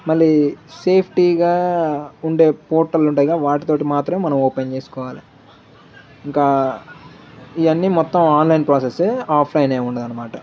మళ్ళీ సేఫ్టీగా ఉండే పోర్టల్ ఉంటాయిగా వాటితోటి మాత్రమే మనం ఓపెన్ చేసుకోవాలి ఇంకా ఇవన్నీ మొత్తం ఆన్లైన్ ప్రాసెస్ ఆఫ్లైన్ ఉండదు అనమాట